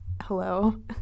Hello